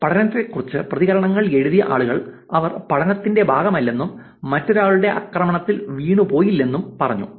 പഠനത്തെക്കുറിച്ച് പ്രതികരണങ്ങൾ എഴുതിയ ആളുകൾ അവർ പഠനത്തിന്റെ ഭാഗമല്ലെന്നും മറ്റൊരാളുടെ ആക്രമണത്തിൽ വീണുപോയില്ലെന്നും പറഞ്ഞു